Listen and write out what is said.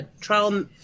trial